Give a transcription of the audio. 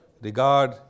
regard